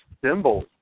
symbols